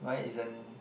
why isn't